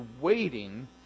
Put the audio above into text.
waiting